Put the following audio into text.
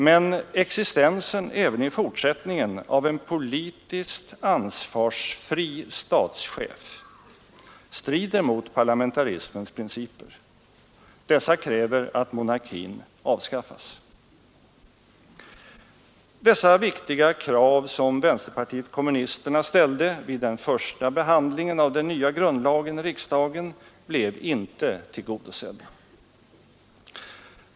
Men existensen även i fortsättningen av en politiskt ansvarsfri statschef strider mot parlamentarismens principer. Dessa kräver att monarkin avskaffas. Dessa viktiga krav som vänsterpartiet kommunisterna ställde vid den första behandlingen av den nya grundlagen i riksdagen blev inte tillgodosedda.